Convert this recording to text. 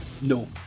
no